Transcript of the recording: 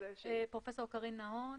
אני פרופ' קרין נהון.